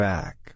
Back